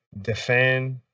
defend